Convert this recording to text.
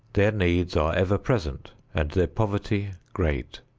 their needs are ever present and their poverty great.